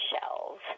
shells